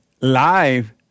live